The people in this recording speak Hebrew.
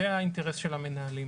זה האינטרס של המנהלים